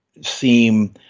seem